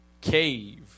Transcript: cave